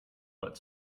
but